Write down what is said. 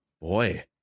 Boy